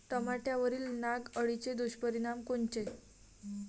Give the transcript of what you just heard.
टमाट्यावरील नाग अळीचे दुष्परिणाम कोनचे?